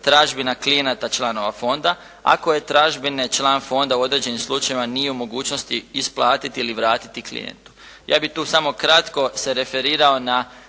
tražbina klijenata članova fonda, a koje tražbine član fonda u određenim slučajevima nije u mogućnosti isplatiti ili vratiti klijentu. Ja bih tu samo kratko se referirao na